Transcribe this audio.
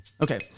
Okay